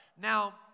Now